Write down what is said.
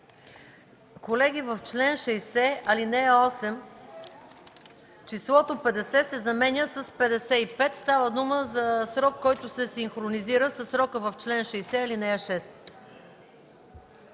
Колеги, в чл. 60, ал. 8 числото „50” се заменя с „55” – става дума за срок, който се синхронизира със срока в чл. 60, ал. 6.